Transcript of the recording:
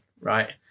right